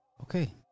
Okay